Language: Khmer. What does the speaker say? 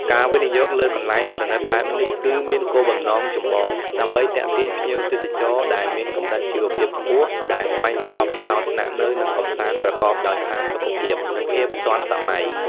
ការវិនិយោគលើកន្លែងប្រណីតបែបនេះ គឺមានគោលបំណងចម្បង ដើម្បីទាក់ទាញភ្ញៀវទេសចរដែលមានកម្រិតជីវភាពខ្ពស់ ដែលស្វែងរកបទពិសោធន៍ស្នាក់នៅ និងកម្សាន្តប្រកបដោយផាសុកភាព និងភាពទាន់សម័យ។